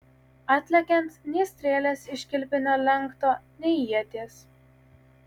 atlekiant nei strėlės iš kilpinio lenkto nei ieties